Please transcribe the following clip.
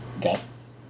guests